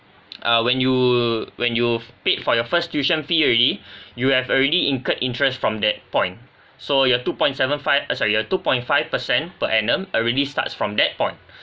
uh when you when you've paid for your first tuition fee already you have already incurred interest from that point so your two point seven five uh sorry your two point five per cent per annum already starts from that point